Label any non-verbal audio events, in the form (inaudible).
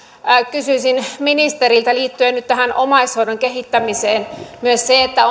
kysyisin ministeriltä liittyen nyt tähän omaishoidon kehittämiseen koska myös se että (unintelligible)